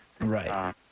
Right